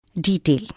detail